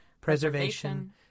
preservation